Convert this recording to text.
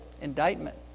indictment